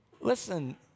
listen